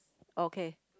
okay